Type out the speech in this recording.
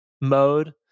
mode